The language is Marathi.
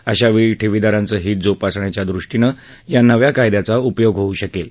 अशावेळी ठेवीदारांचं हित जोपासण्याच्यादृष्टीनं या नव्या कायद्याचा उपयोग होऊ शकेल